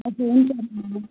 हजुर हुन्छ म्याम